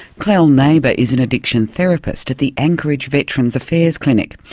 clell neighbor is an addiction therapist at the anchorage veterans' affairs clinic.